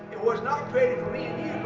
it was not created for me and you